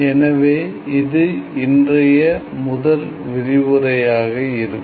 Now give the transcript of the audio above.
எனவே இது இன்றைய முதல் விரிவுரையாக இருக்கும்